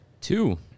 Two